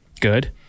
Good